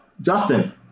Justin